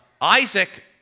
Isaac